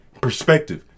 perspective